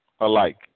alike